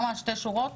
ממש שתי שורות